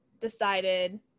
decided